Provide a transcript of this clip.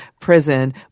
prison